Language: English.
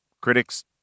Critics